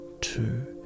two